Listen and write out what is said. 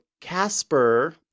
Casper